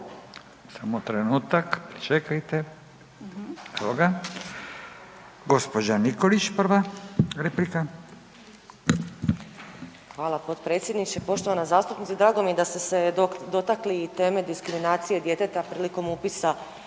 Samo trenutak, pričekajte, evo ga. Gđa. Nikolić prva replika. **Nikolić, Romana (SDP)** Hvala potpredsjedniče. Poštovana zastupnice, drago mi je da ste se dotakli i teme diskriminacije djeteta prilikom upisa